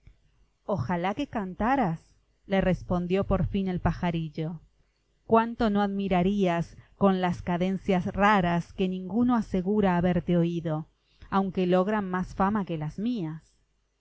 ojalá que cantaras le respondió por fin el pajarillo cuánto no admirarías con las cadencias raras que ninguno asegura haberte oído aunque logran más fama que las mías